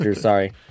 sorry